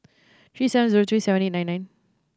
three seven zero three seven eight nine nine